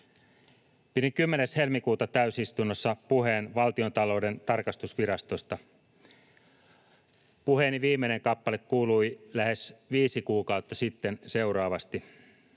Pidin 10. helmikuuta täysistunnossa puheen Valtiontalouden tarkastusvirastosta. Puheeni viimeinen kappale kuului lähes viisi kuukautta sitten seuraavasti: